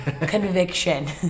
Conviction